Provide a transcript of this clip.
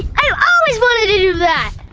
i always wanted to do that!